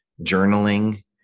journaling